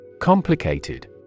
Complicated